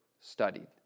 studied